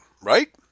right